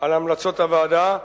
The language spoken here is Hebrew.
על המלצות הוועדה,